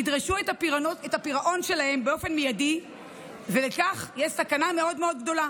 ידרשו את הפירעון שלהם באופן מיידי ובכך יש סכנה מאוד מאוד גדולה.